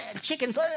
Chickens